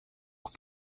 donc